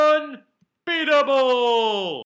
Unbeatable